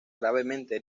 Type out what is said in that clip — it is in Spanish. gravemente